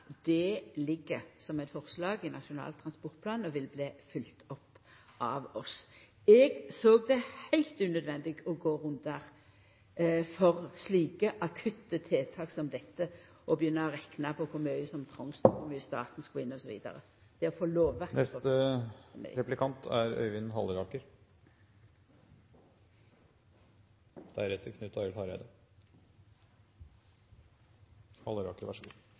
Det ligg som eit forslag i Nasjonal transportplan og vil bli følgt opp av oss. Eg såg det heilt unødvendig å gå rundar for slike akutte tiltak som dette og begynna å rekna på kor mykje som trongst, kor mykje staten skulle inn, osv. Det er å få lovverket på plass som er